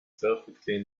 perfectly